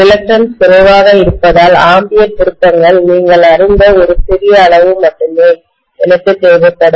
ரிலக்டன்ஸ்குறைவாக இருப்பதால் ஆம்பியர் திருப்பங்கள் நீங்கள் அறிந்த ஒரு சிறிய அளவு மட்டுமே எனக்குத் தேவைப்படும்